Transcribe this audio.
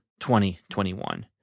2021